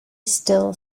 still